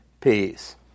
peace